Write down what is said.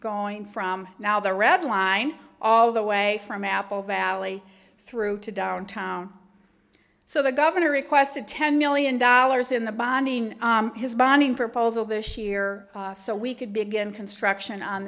going from now the red line all the way from apple valley through to downtown so the governor requested ten million dollars in the bonding his bonding proposal this year so we could begin construction on